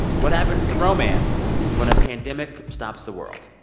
what happens to romance when a pandemic stops the world?